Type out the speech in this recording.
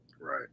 Right